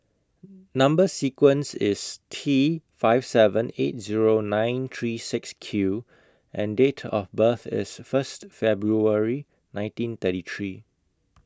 Number sequence IS T five seven eight Zero nine three six Q and Date of birth IS First February nineteen thirty three